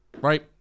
right